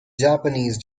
japanese